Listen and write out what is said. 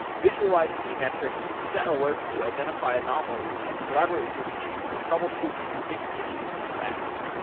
visualize key metrics set alerts to identify anomalies and collaborate with your team to troubleshoot and fix issues fast.